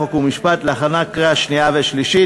חוק ומשפט להכנה לקריאה שנייה ושלישית.